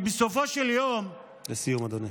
לסיים, אדוני.